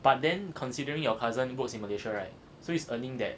but then considering your cousin works in malaysia right so his earnings that